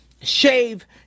shave